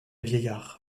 vieillard